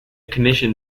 commission